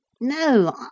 No